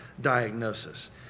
diagnosis